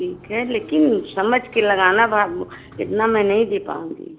ठीक है लेकिन समझ के लगाना भाव उ इतना मैं नहीं दे पाऊँगी